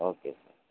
okay sir